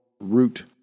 root